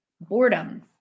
Boredom